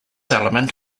element